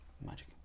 Magic